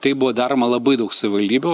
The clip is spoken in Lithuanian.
tai buvo daroma labai daug savivaldybių